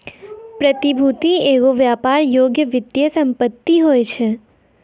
प्रतिभूति एगो व्यापार योग्य वित्तीय सम्पति होय छै